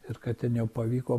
ir kad ten jau pavyko